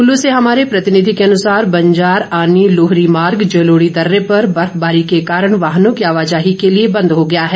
कुल्लू से हमारे प्रतिनिधि के अनुसार बंजार आनी लुहरी मार्ग जलोढ़ी दर्रे पर बर्फबारी के कारण वाहनों की आवाजाही के लिए बंद हो गया है